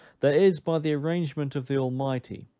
there is, by the arrangement of the almighty,